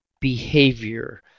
behavior